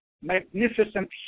magnificent